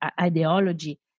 ideology